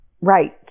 Right